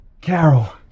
Carol